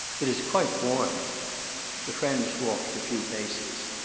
it is quite warm the friends walked a few paces.